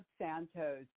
Santos